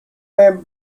may